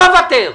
לא אוותר.